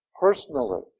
personally